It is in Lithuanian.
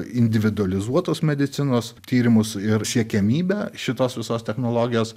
individualizuotos medicinos tyrimus ir siekiamybę šitos visos technologijos